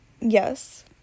Yes